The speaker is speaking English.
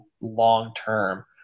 long-term